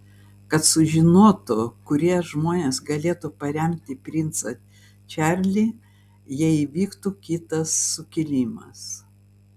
kad sužinotų kurie žmonės galėtų paremti princą čarlį jei įvyktų kitas sukilimas